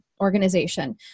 organization